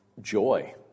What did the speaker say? joy